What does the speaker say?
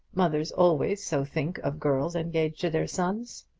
mothers always so think of girls engaged to their sons,